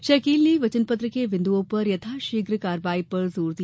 श्री अकील ने वचन पत्र के बिन्दओं पर यथाशीघ्र कार्यवाही पर जोर दिया